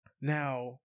Now